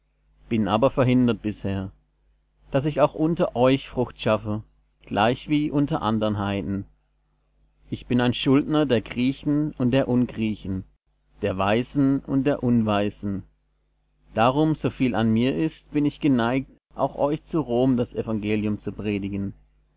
bin aber verhindert bisher daß ich auch unter euch frucht schaffte gleichwie unter andern heiden ich bin ein schuldner der griechen und der ungriechen der weisen und der unweisen darum soviel an mir ist bin ich geneigt auch euch zu rom das evangelium zu predigen